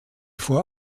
vor